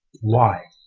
why?